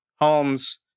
Holmes